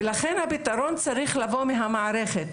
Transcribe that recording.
לכן הפתרון צריך לבוא מהמערכת.